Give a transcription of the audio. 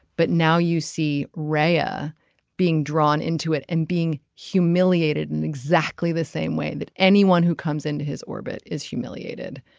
but now you see raya being drawn into it and being humiliated in exactly the same way that anyone who comes into his orbit is humiliated